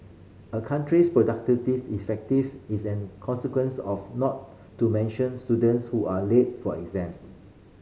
a country's productivity is effective is an consequence not to mention students who are late for exams